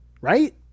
Right